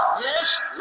Yes